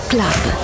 Club